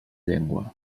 llengua